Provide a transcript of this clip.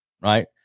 right